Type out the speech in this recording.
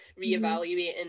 reevaluating